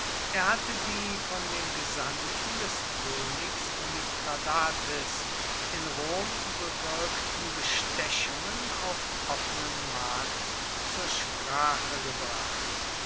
er hatte die von den gesandten des königs mithradates in rom bewirkten bestechungen auf offenem markt zur sprache gebracht